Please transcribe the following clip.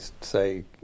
say